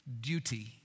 Duty